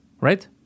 Right